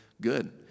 good